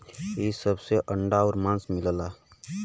इ सब से अंडा आउर मांस मिलला